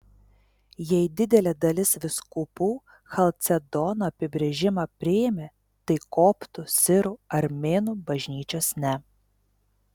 jei didelė dalis vyskupų chalcedono apibrėžimą priėmė tai koptų sirų armėnų bažnyčios ne